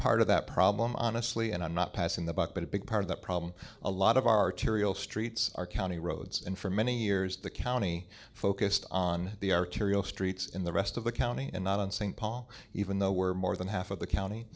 part of that problem honestly and i'm not passing the buck but a big part of the problem a lot of arterial streets are county roads and for many years the county focused on the arterial streets in the rest of the county and not in st paul even though we're more than half of the